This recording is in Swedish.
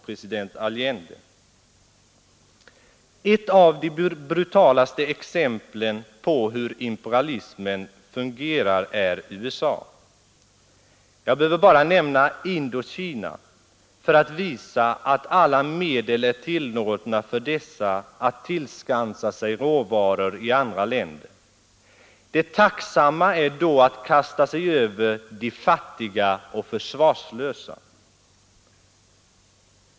Onsdagen den Ett av de brutalaste exemplen på hur imperialismen fungerar är USA. 25 april 1973 Jag behöver bara nämna Indokina för att visa att alla medel är tillåtna för att tillskansa sig råvaror i andra länder. Det tacksamma är då att kasta sig över de fattiga och försvarslösa.